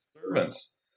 servants